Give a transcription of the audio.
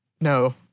no